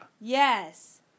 Yes